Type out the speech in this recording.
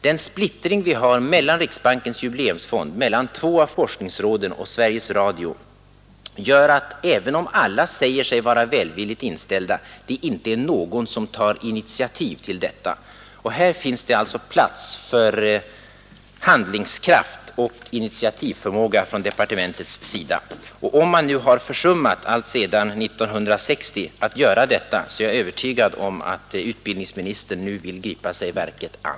Den splittring vi har mellan riksbankens jubileumsfond, två av forskningsråden och Sveriges Radio gör att, även om alla säger sig vara välvilligt inställda, det inte är någon som tar initiativ till detta. Här finns det alltså plats för handlingskraft och initiativförmåga från departementets sida. Om man alltsedan 1960 har försummat detta, är jag övertygad om att utbildningsministern nu vill gripa sig verket an.